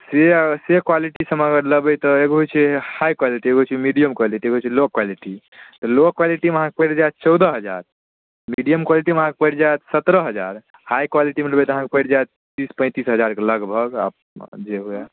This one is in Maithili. से से क्वालिटीसभमे अगर लेबै तऽ एगो होइ छै हाइ क्वालिटी एगो होइ छै मीडियम क्वालिटी एगो होइ छै लो क्वालिटी तऽ लो क्वालिटीमे अहाँकेँ पड़ि जायत चौदह हजार मीडियम क्वालिटीमे अहाँकेँ पड़ि जायत सत्रह हजार हाइ क्वालिटीमे लेबै तऽ अहाँकेँ पड़ि जायत तीस पैंतीस हजारके लगभग आब जे हुए